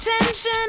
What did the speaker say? attention